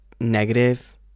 negative